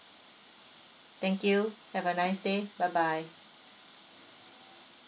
thank you have a nice day bye bye